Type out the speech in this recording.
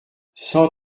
cent